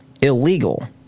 illegal